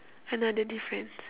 another difference